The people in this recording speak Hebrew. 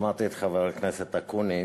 שמעתי את חבר הכנסת אקוניס.